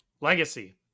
legacy